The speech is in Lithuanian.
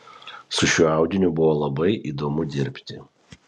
su šiuo audiniu buvo labai įdomu dirbti